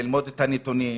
ללמוד את הנתונים,